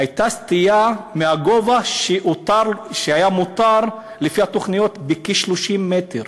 הייתה סטייה מהגובה שהיה מותר לפי התוכניות בכ-30 מטר,